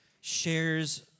shares